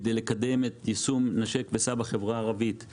כדי לקדם את יישום "נשק וסע" בחברה הערבית,